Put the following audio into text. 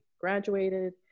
graduated